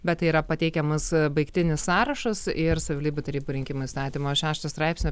bet yra pateikiamas baigtinis sąrašas ir savivaldybių tarybų rinkimų įstatymo šešto straipsnio